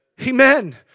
Amen